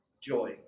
joy